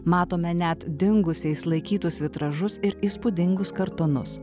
matome net dingusiais laikytus vitražus ir įspūdingus kartonus